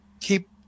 keep